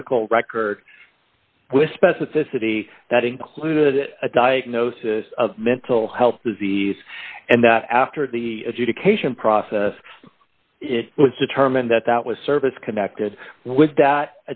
medical record with specificity that included it a diagnosis of mental health disease and that after the education process it was determined that that was service connected with that